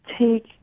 take